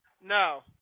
No